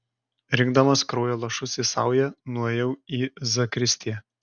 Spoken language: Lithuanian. rinkdamas kraujo lašus į saują nuėjau į zakristiją